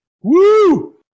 Woo